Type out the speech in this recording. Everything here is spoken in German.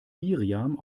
miriam